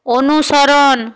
অনুসরণ